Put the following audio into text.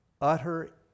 utter